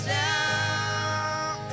down